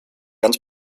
ganz